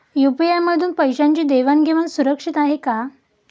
UPI मधून पैशांची देवाण घेवाण सुरक्षित आहे का?